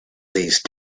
these